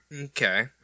okay